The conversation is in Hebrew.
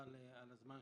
קארין אלהרר.